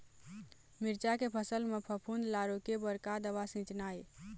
मिरचा के फसल म फफूंद ला रोके बर का दवा सींचना ये?